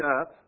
up